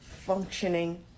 functioning